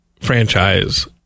franchise